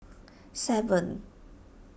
seven